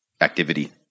activity